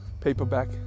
paperback